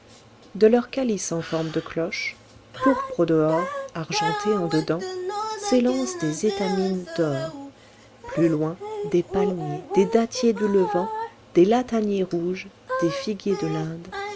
de leur calice en forme de cloche pourpre au-dehors argenté en dedans s'élancent des étamines d'or plus loin des palmiers des dattiers du levant des lataniers rouges des figuiers de l'inde